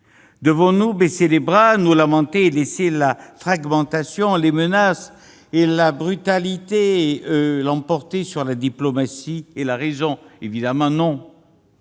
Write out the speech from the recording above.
devons-nous baisser les bras, nous lamenter et laisser la fragmentation, les menaces et la brutalité l'emporter sur la diplomatie et la raison ? Évidemment non